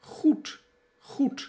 goed goedi